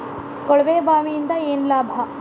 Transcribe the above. ಕೊಳವೆ ಬಾವಿಯಿಂದ ಏನ್ ಲಾಭಾ?